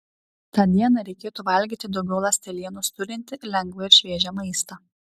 tą dieną reikėtų valgyti daugiau ląstelienos turintį lengvą ir šviežią maistą